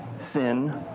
sin